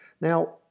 Now